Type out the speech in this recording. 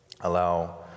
allow